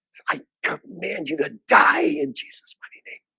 i command you to die in jesus but you know